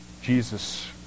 Jesus